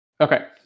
Okay